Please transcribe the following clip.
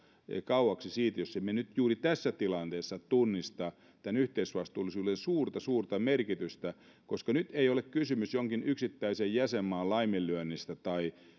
kauaksi siitä jos emme nyt juuri tässä tilanteessa tunnista tämän yhteisvastuullisuuden suurta suurta merkitystä koska nyt ei ole kysymys jonkin yksittäisen jäsenmaan laiminlyönnistä tai